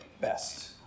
best